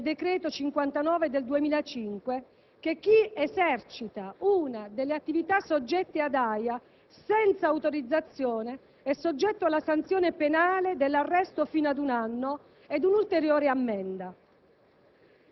la situazione per la quale chi esercita una delle attività soggette ad AIA senza la suddetta autorizzazione è soggetto alla sanzione penale dell'arresto fino ad un anno e ad un'ulteriore ammenda.